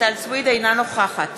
אינה נוכחת